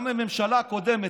גם בממשלה הקודמת,